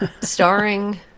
Starring